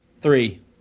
Three